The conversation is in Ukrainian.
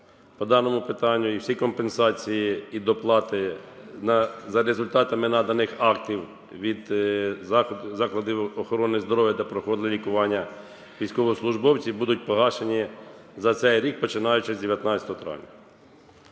по даному питанню. І всі компенсації, і доплати за результатами наданих актів від закладів охорони здоров'я, де проходили лікування військовослужбовці, будуть погашені за цей рік, починаючи з 19 травня.